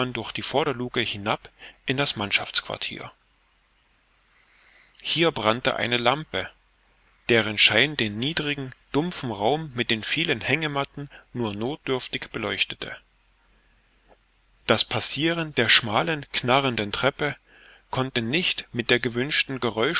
durch die vorderluke hinab in das mannschaftsquartier hier brannte eine lampe deren schein den niedrigen dumpfen raum mit den vielen hängematten nur nothdürftig erleuchtete das passiren der schmalen knarrenden treppe konnte nicht mit der gewünschten